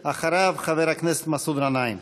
אחריו, חבר הכנסת מסעוד גנאים.